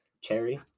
Cherry